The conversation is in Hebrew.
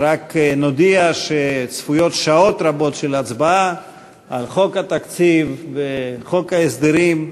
רק נודיע שצפויות שעות רבות של הצבעה על חוק התקציב וחוק ההסדרים,